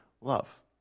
love